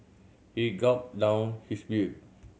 he gulped down his beer